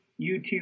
YouTube